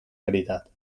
caritat